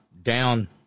down